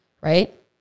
right